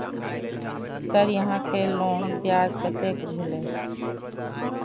Sir यहां के loan ब्याज कतेक भेलेय?